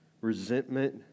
resentment